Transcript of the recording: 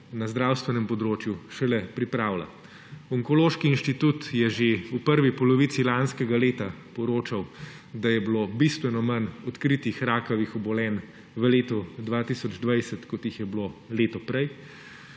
na zdravstvenem področju šele pripravlja. Onkološki inštitut je že v prvi polovici lanskega leta poročal, da je bilo bistveno manj odkritih rakavih obolenj v letu 2020, kot jih je bilo leto prej,